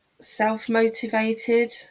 self-motivated